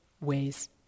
ways